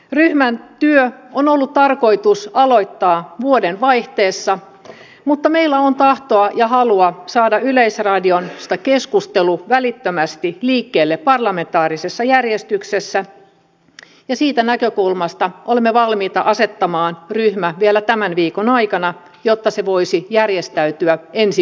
ryhmän työ on ollut tarkoitus aloittaa vuodenvaihteessa mutta meillä on tahtoa ja halua saada yleisradiosta keskustelu välittömästi liikkeelle parlamentaarisessa järjestyksessä ja siitä näkökulmasta olemme valmiita asettamaan ryhmän vielä tämän viikon aikana jotta se voisi järjestäytyä ensi viikolla